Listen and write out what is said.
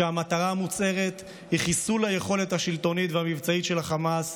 והמטרה המוצהרת היא חיסול היכולת השלטונית והמבצעית של החמאס,